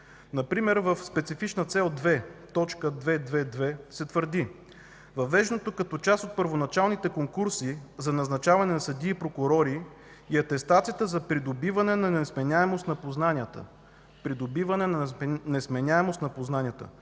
Например в Специфична цел 2, т. 2.2.2 се твърди: „Въвеждането като част от първоначалните конкурси за назначаване на съдии и прокурори и атестациите за придобиване на несменяемост на познанията”,